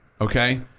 okay